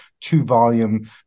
two-volume